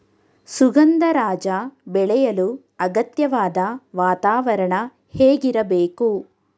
ಸುಗಂಧರಾಜ ಬೆಳೆಯಲು ಅಗತ್ಯವಾದ ವಾತಾವರಣ ಹೇಗಿರಬೇಕು?